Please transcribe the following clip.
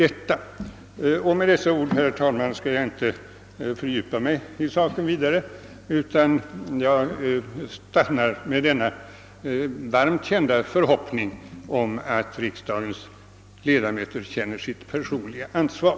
Utöver dessa ord, herr talman, skall jag inte vidare fördjupa mig i saken utan slutar med den varma förhoppningen att riksdagens ledamöter skall känna sitt personliga ansvar.